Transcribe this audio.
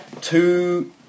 two